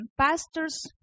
pastor's